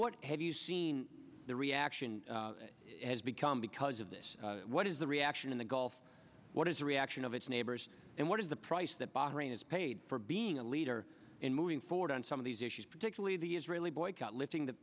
what have you seen the reaction it has become because of this what is the reaction in the gulf what is the reaction of its neighbors and what is the price that bothering is paid for being a leader in moving forward on some of these issues particularly the israeli boycott lifting th